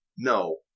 No